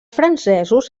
francesos